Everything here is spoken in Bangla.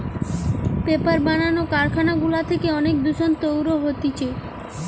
পেপার বানানো কারখানা গুলা থেকে অনেক দূষণ তৈরী হতিছে